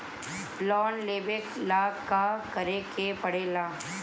Loan लेबे ला का करे के पड़े ला?